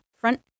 front